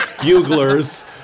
buglers